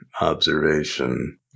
observation